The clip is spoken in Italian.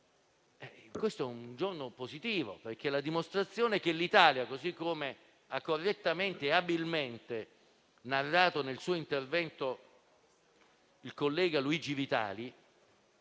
Questo è un giorno positivo, perché è la dimostrazione che, così come ha correttamente e abilmente narrato nel suo intervento il collega Luigi Vitali,